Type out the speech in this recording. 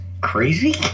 crazy